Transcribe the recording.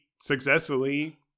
successfully